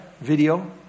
Video